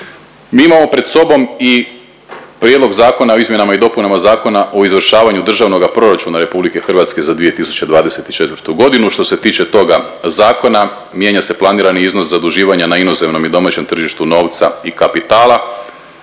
Mi imamo pred sobom i Prijedlog Zakona o izmjenama i dopunama Zakona o izvršavanju Državnoga proračuna RH za 2024. godinu. Što se tiče toga zakona mijenja se planirani iznos zaduživanja na inozemnom i domaćem tržištu novca i kapitala